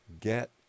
get